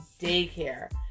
daycare